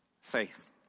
Faith